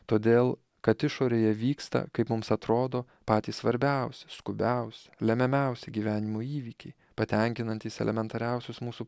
todėl kad išorėje vyksta kaip mums atrodo patys svarbiaus skubiaus lemiamiausi gyvenimo įvykiai patenkinantys elementariausius mūsų